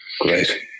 Great